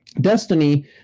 Destiny